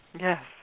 yes